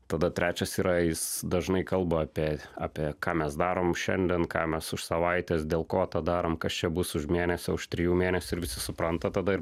tada trečias yra jis dažnai kalba apie apie ką mes darom šiandien ką mes už savaitės dėl ko tą darom kas čia bus už mėnesio už trijų mėnesių ir visi supranta tada ir